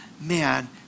man